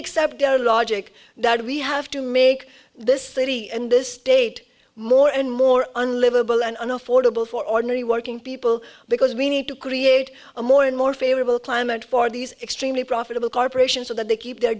accept their logic that we have to make this city and this state more and more unlivable and unaffordable for ordinary working people because we need to create a more and more favorable climate for these extremely profitable corporations so that they keep their